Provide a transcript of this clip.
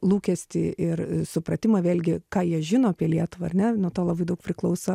lūkestį ir supratimą vėlgi ką jie žino apie lietuvą ar ne nuo to labai daug priklauso